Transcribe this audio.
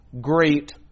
great